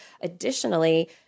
additionally